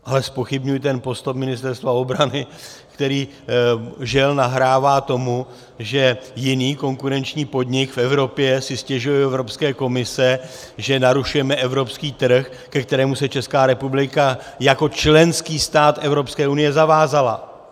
Ale zpochybňuji ten postup Ministerstva obrany, který žel nahrává tomu, že jiný konkurenční podnik v Evropě si stěžuje u Evropské komise, že narušujeme evropský trh, ke kterému se Česká republika jako členský stát Evropské unie zavázala.